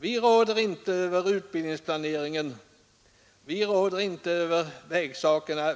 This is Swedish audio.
Vi råder inte över utbildningsplaneringen, vi råder inte över vägfrågorna